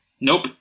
Nope